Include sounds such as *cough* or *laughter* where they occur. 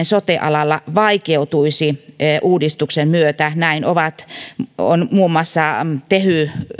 *unintelligible* sote alalla vaikeutuisi uudistuksen myötä näin on muun muassa tehy